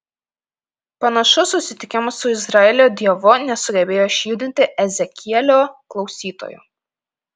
panašus susitikimas su izraelio dievu nesugebėjo išjudinti ezekielio klausytojų